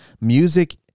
Music